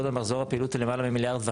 מחזור הפעילות הוא למעלה מ-1.5 מיליארד.